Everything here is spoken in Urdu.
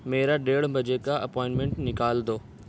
میرا ڈیڑھ بجے کا اپائنٹمنٹ نکال دو